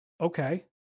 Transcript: okay